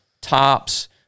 tops